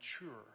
mature